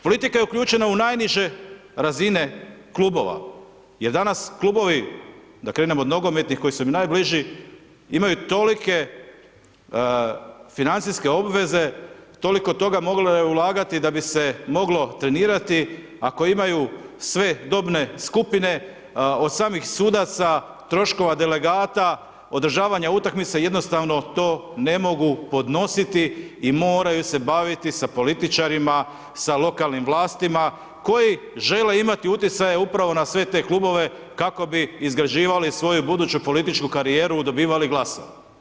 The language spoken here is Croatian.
Politika je uključena u najniže razine klubova, jer danas, klubovi, da krenemo od nogometnih koji su im najbliži, imaju tolike financijske obveze, toliko toga je moglo ulagati da bi se moglo trenirati, ako imaju sve dobne skupine, od samih sudaca, troškova delegata, održavanje utakmice, jednostavno to ne mogu podnositi i moraju se baviti sa političarima, sa lokalnim vlastima, koji žele imati utjecaje upravo na sve te klubove kako bi izgrađivali svoju političku karijeru i dobivali glasove.